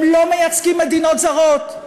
הם לא מייצגים מדינות זרות,